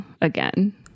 again